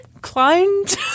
Climbed